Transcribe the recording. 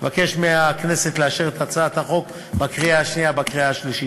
אני מבקש מהכנסת לאשר את הצעת החוק בקריאה שנייה ובקריאה שלישית.